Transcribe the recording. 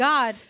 God